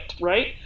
right